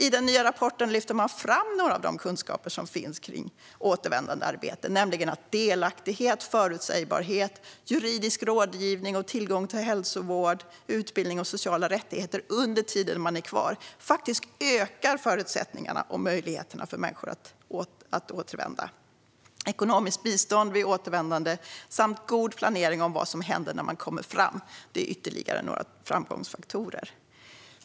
I den nya rapporten lyfter de fram några av de kunskaper som finns om återvändandearbete, nämligen att delaktighet, förutsägbarhet, juridisk rådgivning, tillgång till hälsovård och utbildning samt sociala rättigheter under tiden man är kvar ökar förutsättningarna och möjligheterna för människor att återvända. Ekonomiskt bistånd vid återvändande och god planering av vad som händer när man kommer fram är ytterligare några framgångsfaktorer.